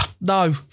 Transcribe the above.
no